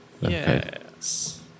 Yes